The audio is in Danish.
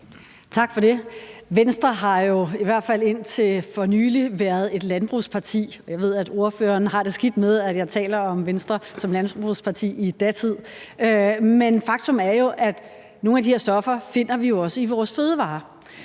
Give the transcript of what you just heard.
Tak for det. Venstre har jo i hvert fald indtil for nylig været et landbrugsparti – jeg ved, at ordføreren har det skidt med, at jeg taler om Venstre som landbrugsparti i datid – men faktum er jo, at nogle af de her stoffer finder vi også i vores fødevarer,